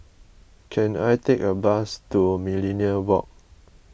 can I take a bus to Millenia Walk